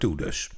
dus